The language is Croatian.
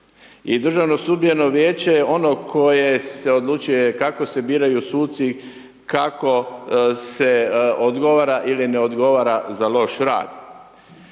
Državno sudbeno vijeće je ono koje se odlučuje kako se biraju suci, kako se odgovara ili ne odgovara za loš rad.